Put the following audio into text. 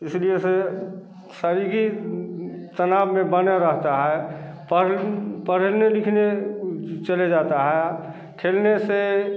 इसलिए इसे शारीरक तनाव में बना रहता है पढ़ पढ़ने लिखने जे चले जाता है खेलने से